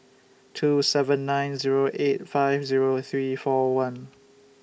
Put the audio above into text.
two seven nine Zero eight five Zero three four one